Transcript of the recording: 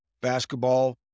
basketball